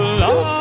love